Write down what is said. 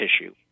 tissue